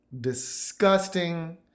disgusting